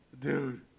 dude